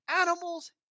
animals